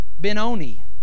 Benoni